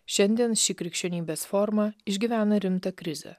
šiandien ši krikščionybės forma išgyvena rimtą krizę